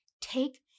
take